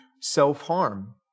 self-harm